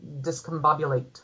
discombobulate